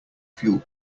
fuel